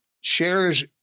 shares—